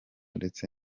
ndetse